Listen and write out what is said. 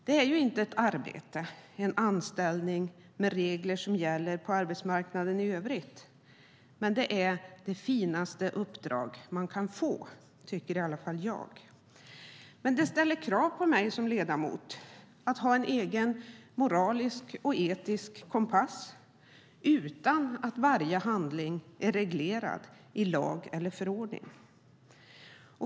Det är inte ett arbete eller en anställning med regler som gäller på arbetsmarknaden i övrigt, men det är det finaste uppdrag man kan få, tycker i alla fall jag. Uppdraget ställer krav på mig som ledamot att ha en egen moralisk och etisk kompass utan att varje handling är reglerad i lag eller förordning.